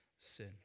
sin